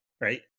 right